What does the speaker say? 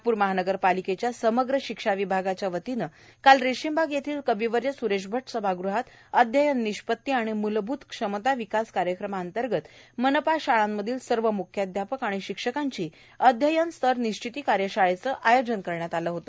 नागपूर महानगरपालिकेच्या समग्र शिक्षा विभागाच्या वतीने काल रेशीमबाग येथील कविवर्य स्रेश अट सभागृहात अध्ययन निष्पत्ती आणि मुलभूत क्षमता विकास कार्यक्रमांतर्गत मनपा शाळांमधील सर्व म्ख्याध्यापक आणि शिक्षकांची अध्ययन स्तर निश्चीती कार्यशाळेचे आयोजन करण्यात आले होते